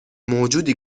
موجودی